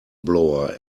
blower